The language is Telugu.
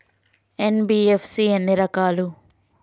ఎన్.బి.ఎఫ్.సి ఎన్ని రకాలు?